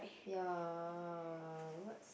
ya what's